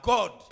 God